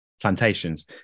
plantations